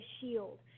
shield